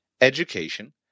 education